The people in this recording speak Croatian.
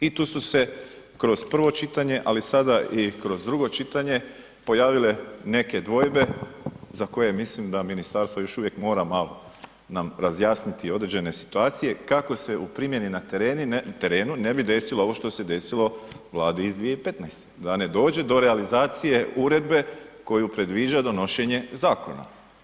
I tu se kroz prvo čitanje, ali sada i kroz drugo čitanje pojavile neke dvojbe za koje mislim da ministarstvo još uvijek mora malo nam razjasniti određene situacije kako se u primjeni na terenu ne bi desilo ovo što se desilo vladi iz 2015., da ne dođe do realizacije uredbe koju predviđa donošenje zakona.